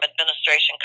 administration